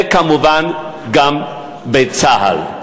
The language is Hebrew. וכמובן גם בצה"ל.